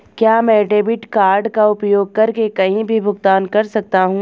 क्या मैं debit card का उपयोग करके कहीं भी भुगतान कर सकता हूं?